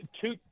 two